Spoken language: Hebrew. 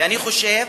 ואני חושב